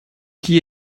qui